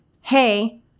Hey